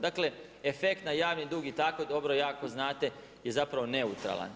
Dakle efekt na javni dug i tako dobro jako znate je zapravo neutralan.